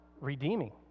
redeeming